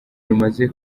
rumaze